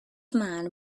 man